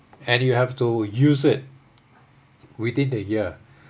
and you have to use it within the year